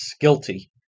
guilty